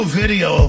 video